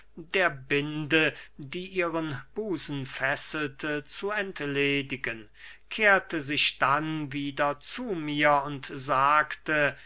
der binde die ihren busen fesselte zu entledigen kehrte sich dann wieder zu mir und sagte